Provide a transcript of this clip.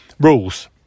Rules